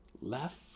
Left